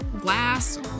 glass